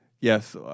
Yes